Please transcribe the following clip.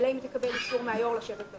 אלא אם היא תקבל אישור מהיושב-ראש לשבת במקביל.